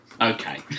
okay